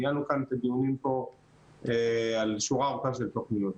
ניהלנו כאן את הדיונים על שורה ארוכה של תוכניות.